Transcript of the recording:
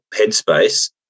headspace